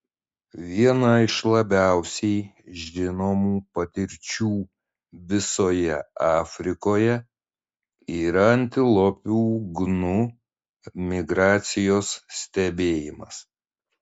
viena iš labiausiai žinomų patirčių visoje afrikoje yra antilopių gnu migracijos stebėjimas